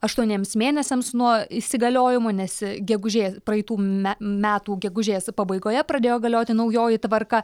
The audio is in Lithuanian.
aštuoniems mėnesiams nuo įsigaliojimo nes gegužė praeitų metų gegužės pabaigoje pradėjo galioti naujoji tvarka